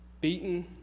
beaten